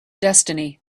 destiny